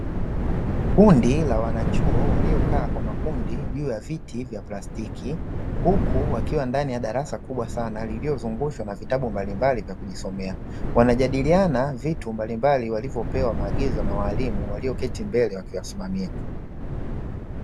Kundi la wanachuo waliokaa kwa makundi juu ya viti vya plastiki, huku wakiwa ndani ya darasa kubwa sana lililozungushwa na vitabu mbalimbali vya kujisomea, wanajadiliana vitu mbalimbali walivyo pewa maagizo na walimu walio keti mbele wakiwasimamia.